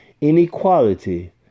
inequality